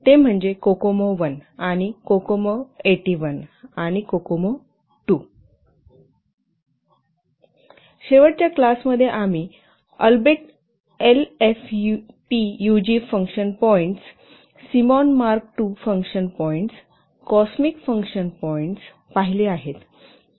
ते म्हणजे कोकोमो1 आणि कोकोमो 81 आणि कोकोमो II शेवटच्या क्लास मध्ये आम्ही Albrecht IFPUG function points Symons Mark II function points COSMIC function points पाहिले आहेत